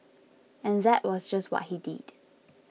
and that was just what he did